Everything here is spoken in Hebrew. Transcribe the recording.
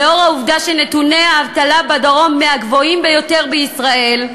וזאת לנוכח העובדה שנתוני האבטלה בדרום הם מהגבוהים ביותר בישראל,